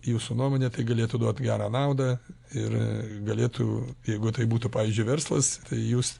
jūsų nuomone tai galėtų duot gerą naudą ir galėtų jeigu tai būtų pavyzdžiui verslas tai jūs